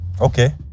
okay